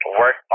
work